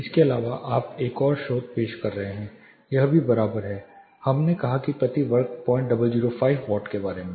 इसके अलावा आप एक और स्रोत पेश कर रहे हैं यह भी बराबर है हमने कहा कि प्रति वर्ग 0005 वाट के बारे में